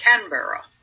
Canberra